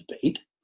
debate